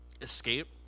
escape